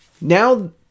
now